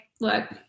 look